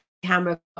camera